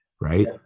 right